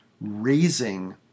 raising